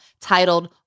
titled